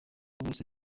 bose